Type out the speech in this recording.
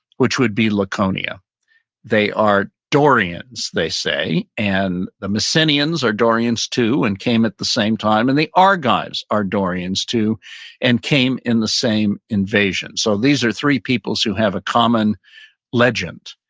which would be laconia they are dorian's, they say, and the macedonians are dorian's too, and came at the same time and they are guys are dorian's too and came in the same invasion so these are three peoples who have a common legend.